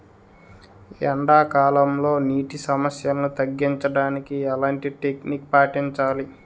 ఎండా కాలంలో, నీటి సమస్యలను తగ్గించడానికి ఎలాంటి టెక్నిక్ పాటించాలి?